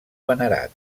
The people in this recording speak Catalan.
venerat